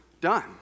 done